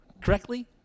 correctly